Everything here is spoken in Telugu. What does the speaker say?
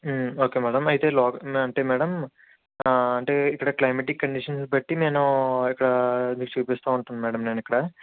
ఓకే మ్యాడమ్ అయితే లోకల్ గైడ్ అంటే మ్యాడమ్ అంటే ఇక్కడ క్లైమెటిక్ కండిషన్స్ బట్టి నేనూ ఇక్కడా మీకు చూపిస్తా ఉంటాను మ్యాడమ్ నేను ఇక్కడ